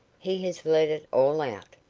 he has let it all out.